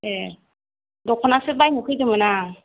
ए दख'नासो बायनो फैदोंमोन आं